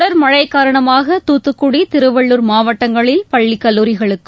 தொடர் மழை காரணமாக தூத்துக்குடி திருவள்ளுர் மாவட்டங்களில் பள்ளி கல்லூரிகளுக்கும்